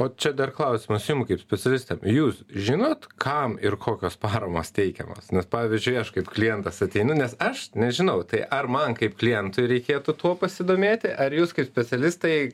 o čia dar klausimas jum kaip specialistam jūs žinot kam ir kokios paramos teikiamos nes pavyzdžiui aš kaip klientas ateinu nes aš nežinau tai ar man kaip klientui reikėtų tuo pasidomėti ar jūs kaip specialistai